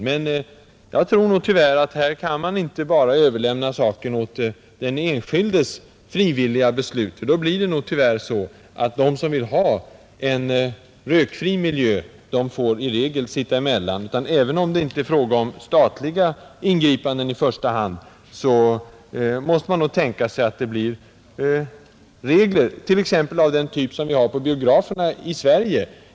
Men jag tror inte att man i detta fall bara kan överlämna frågan till den enskildes frivilliga beslut, för då blir det nog tyvärr så att de, som vill ha rökfri miljö, i regel får sitta emellan. Även om det inte i första hand är fråga om statliga ingripanden måste man nog ändå tänka sig regler, t.ex. av den typ som gäller för biograferna här i landet.